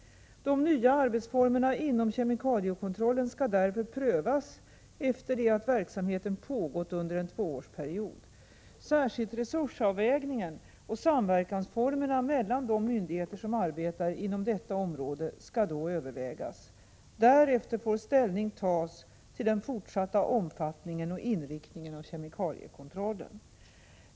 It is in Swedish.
De nya arbetsformerna inom kemikaliekontrollen skall därför prövas efter det att verksamheten pågått under en tvåårsperiod. Särskilt resursavvägningen och samverkansformerna mellan de myndigheter som arbetar inom detta område skall då övervägas. Därefter får ställning tas till den fortsatta omfattningen och inriktningen av kemikaliekontrollen.